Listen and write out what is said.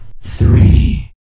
Three